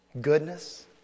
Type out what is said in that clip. goodness